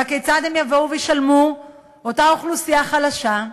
והכיצד הם יבואו וישלמו, אותה אוכלוסייה חלשה?